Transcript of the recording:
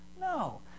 No